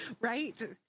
Right